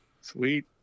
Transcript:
Sweet